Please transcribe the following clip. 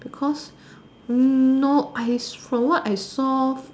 because no from what I saw